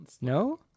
No